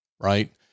right